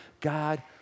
God